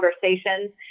conversations